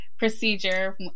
procedure